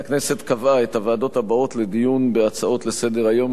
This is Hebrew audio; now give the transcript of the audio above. יש הודעה ליושב-ראש ועדת הכנסת, בבקשה.